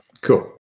Cool